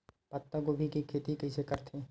पत्तागोभी के खेती कइसे करथे?